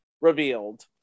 revealed